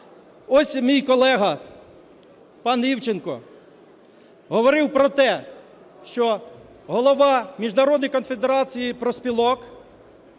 Ось мій колега пан Івченко говорив про те, що Голова Міжнародної конфедерації профспілок